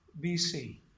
BC